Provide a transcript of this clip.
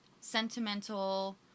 sentimental